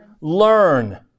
learn